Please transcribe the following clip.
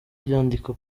ryandika